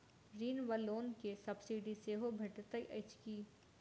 ऋण वा लोन केँ सब्सिडी सेहो भेटइत अछि की?